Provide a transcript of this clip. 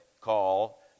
call